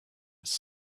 was